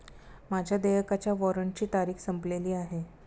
माझ्या देयकाच्या वॉरंटची तारीख संपलेली आहे